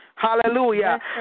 Hallelujah